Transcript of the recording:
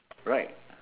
right